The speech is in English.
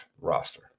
roster